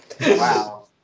Wow